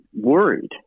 worried